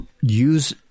use